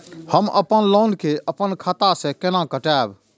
हम अपन लोन के अपन खाता से केना कटायब?